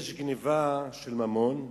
יש גנבה של ממון,